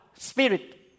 Spirit